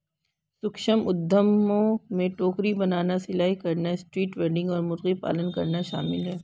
सूक्ष्म उद्यमों में टोकरी बनाना, सिलाई करना, स्ट्रीट वेंडिंग और मुर्गी पालन करना शामिल है